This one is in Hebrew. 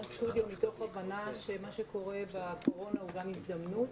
סטודיו" מתוך הבנה שמה שקורה בקורונה הוא גם הזדמנות.